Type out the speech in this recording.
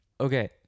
Okay